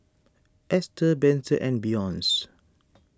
Ester Benson and Beyonce